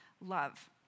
love